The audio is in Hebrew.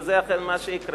וזה אכן מה שיקרה,